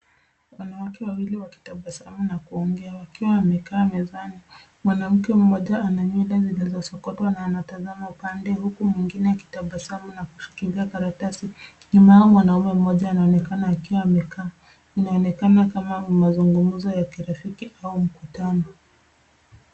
Wanawake wawili wakitabasamu na kuongea wakiwa wamekaa mezani. Mwanamke mmoja ana nywele zilizosokotwa na anatazama upande huku mwingine akitabasamu na kushikilia karatasi. Nyuma yao mwanaume mmoja anaonekana akiwa amekaa. Inaonekana kama mazungumzo ya kirafiki au mkutano.